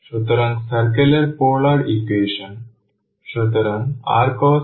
সুতরাং circle এর polar equation